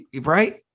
right